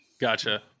Gotcha